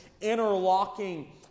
interlocking